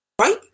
right